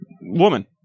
Woman